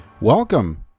Welcome